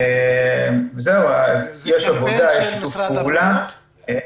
יש עבודה, יש שיתוף פעולה,